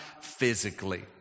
physically